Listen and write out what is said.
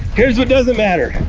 here's what doesn't matter.